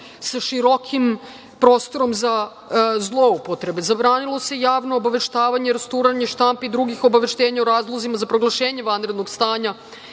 sa širokim prostorom za zloupotrebe. Zabranilo se javno obaveštavanje i rasturanje štampi i drugih obaveštenja o razlozima za proglašenje vanrednog stanja